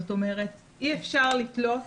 זאת אומרת אי אפשר לתלות,